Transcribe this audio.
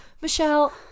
Michelle